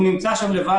הוא נמצא שם לבד.